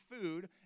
food